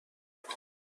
دارم